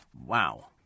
Wow